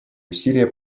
усилия